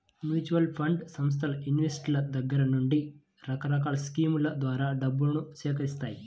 mutual fund సంస్థలు ఇన్వెస్టర్ల దగ్గర నుండి రకరకాల స్కీముల ద్వారా డబ్బును సేకరిత్తాయి